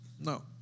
No